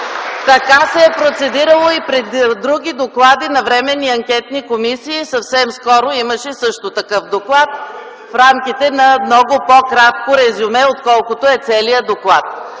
Така се е процедирало и при други доклади на временни анкетни комисии. Съвсем скоро имаше също такъв доклад, в рамките на много по-кратко резюме, отколкото е целият доклад,